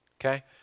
Okay